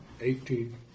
Eighteen